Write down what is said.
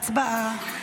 הצבעה.